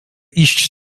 iść